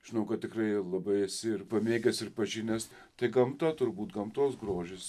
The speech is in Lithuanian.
žinau kad tikrai labai esi ir pamėgęs ir pažinęs tai gamta turbūt gamtos grožis